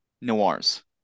noirs